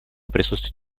присутствие